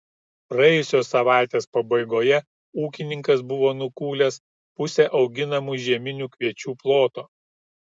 praėjusios savaitės pabaigoje ūkininkas buvo nukūlęs pusę auginamų žieminių kviečių ploto